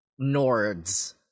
Nords